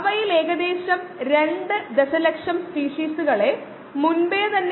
അതു നമുക്ക് അവിടെ സമയം തരുന്നു